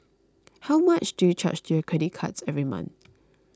how much do you charge to your credit cards every month